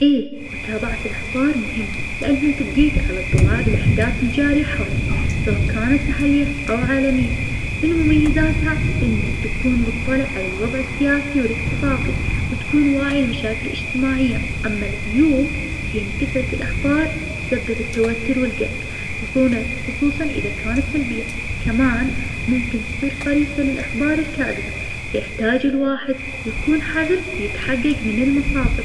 إيه متابعة الأخبار مهمة, لأنها تبجيك على اطلاع بالأحداث الجارية حولك, سواء كانت محلية أو عالمية, من مميزاتها, إنك تكون مطلع على الوضع السياسي والاقتصادي, وتكون واعي للمشاكل الإجتماعية, أما العيوب, هي إن كثرة الأخبار تسبب التوتر والجلج, خصوناً- خصوصاً إذا كانت سلبية, كمان ممكن تصير فريسة للأخبار الكاذبة, فيحتاج الواحد يكون حذر, ويتحجج من المصادر.